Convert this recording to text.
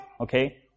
Okay